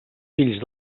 fills